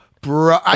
bro